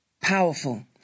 powerful